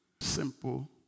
Simple